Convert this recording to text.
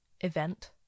event